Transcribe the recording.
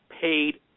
paid